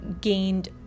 gained